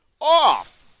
off